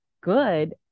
good